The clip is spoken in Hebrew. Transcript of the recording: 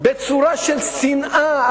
בצורה של שנאה,